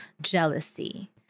jealousy